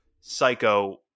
Psycho